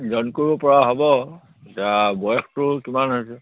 join কৰিব পৰা হ'ব এতিয়া বয়সটো কিমান হৈছে